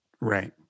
right